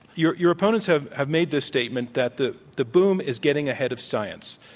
your your opponents have have made this statement that the the boom is getting ahead of science